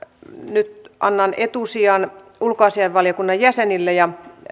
nyt annan etusijan ulkoasiainvaliokunnan jäsenille ja